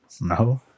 No